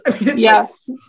Yes